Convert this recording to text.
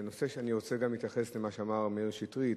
אני רוצה להתייחס גם למה שאמר מאיר שטרית